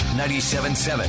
97.7